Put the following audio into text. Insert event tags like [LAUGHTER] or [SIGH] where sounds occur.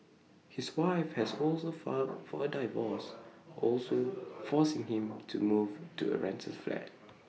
his wife has [NOISE] also filed for A divorce [NOISE] forcing him to move to A rental flat